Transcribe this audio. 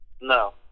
No